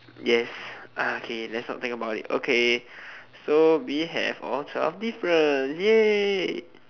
yes ah okay let's not think about it okay so we have all twelve difference !yay!